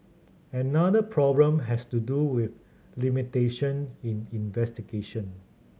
another problem has to do with limitation in investigation